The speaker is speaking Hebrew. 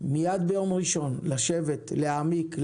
עומדים בסוגיית ענף ההטלה